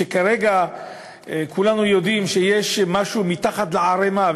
כרגע כולנו יודעים שיש משהו מתחת לערמה,